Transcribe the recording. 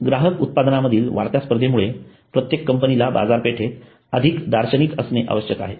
ग्राहक उत्पादनांमधील वाढत्या स्पर्धेमुळे प्रत्येक कंपनीला बाजारपेठेत अधिक दार्शनिक असणे आवश्यक आहे